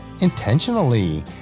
intentionally